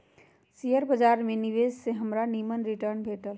share बाजार में निवेश से हमरा निम्मन रिटर्न भेटल